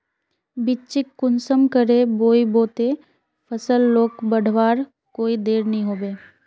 बिच्चिक कुंसम करे बोई बो ते फसल लोक बढ़वार कोई देर नी होबे?